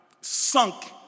sunk